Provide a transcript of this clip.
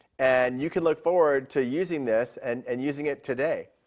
and you can look forward to using this and and using it today.